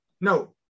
No